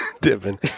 dipping